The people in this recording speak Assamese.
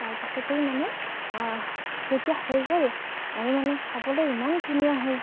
তাৰপিছতেই মানে যেতিয়া হৈ গ'ল আৰু মানে খাবলৈ ইমান ধুনীয়া হৈ